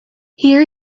here